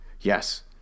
Yes